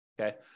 okay